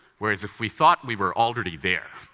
whereas if we thought we were already there,